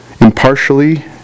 impartially